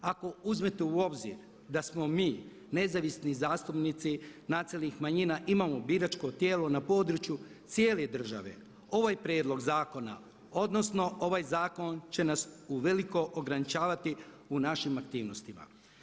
Ako uzmete u obzir da smo mi nezavisni zastupnici nacionalnih manjina imamo biračko tijelo na područje cijele države ovaj prijedlog zakona, odnosno ovaj zakon će nas uveliko ograničavati u našim aktivnostima.